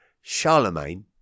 Charlemagne